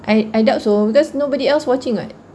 I I doubt so because nobody else watching not